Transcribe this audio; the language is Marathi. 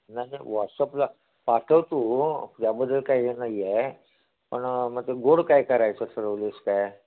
नाही नाही वॉट्सअपला पाठव तू याबद्दल काय हे नाही आहे पण मग ते गोड काय करायचं ठरवले आहेस काय